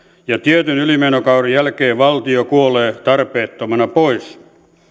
ja tietyn ylimenokauden jälkeen valtio kuolee tarpeettomana pois